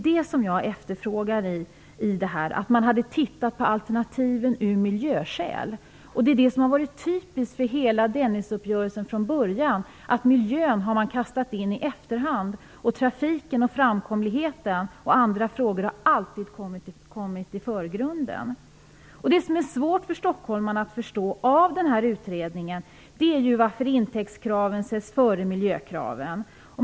Det som jag efterfrågar är alternativ från miljösynpunkt. Det som från början har varit typiskt för Dennisuppgörelsen är att miljöfrågan har kastats in i efterhand medan frågor om trafiken och framkomligheten etc. alltid har kommit i förgrunden. Det som är svårt för stockholmarna att förstå när det gäller utredningen är varför intäktskraven sätts före miljökraven.